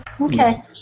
Okay